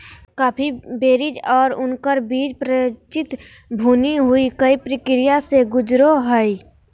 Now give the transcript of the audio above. coffee berries और उनकर बीज परिचित भुनी हुई कई प्रक्रिया से गुजरो हइ